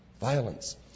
violence